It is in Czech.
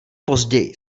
později